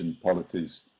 policies